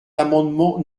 l’amendement